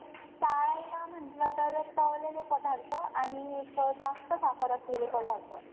टाळायला म्हटलं तर तळलेले पदार्थ आणि एक जास्त साखर असलेले पदार्थ